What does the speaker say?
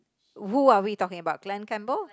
who are we talking about Glen-Campbell